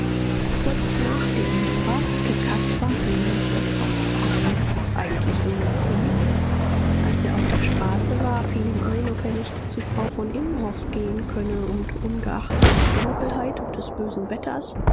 kurz nach dem lehrer hatte caspar heimlich das haus verlassen eigentlich ohne ziel als er auf der straße war fiel ihm ein ob er nicht zu frau von imhoff gehen könne und ungeachtet der dunkelheit und des bösen wetters